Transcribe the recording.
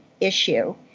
issue